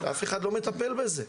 ואף אחד לא מטפל בזה.